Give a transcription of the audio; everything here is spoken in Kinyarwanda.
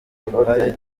ruhare